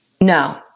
No